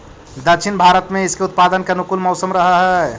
दक्षिण भारत में इसके उत्पादन के अनुकूल मौसम रहअ हई